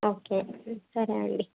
okay సరే అండి